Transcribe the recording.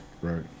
Right